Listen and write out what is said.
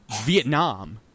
Vietnam